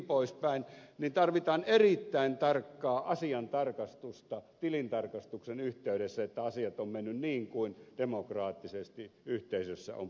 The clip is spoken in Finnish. niin tarvitaan erittäin tarkkaa asian tarkastusta tilintarkastuksen yhteydessä että asiat ovat menneet niin kuin demokraattisesti yhteisössä on päätetty